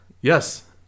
Yes